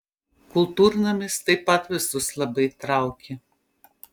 kultūrnamis taip pat visus labai traukė